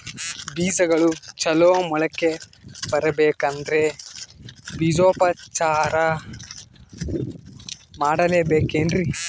ಬೇಜಗಳು ಚಲೋ ಮೊಳಕೆ ಬರಬೇಕಂದ್ರೆ ಬೇಜೋಪಚಾರ ಮಾಡಲೆಬೇಕೆನ್ರಿ?